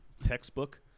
Textbook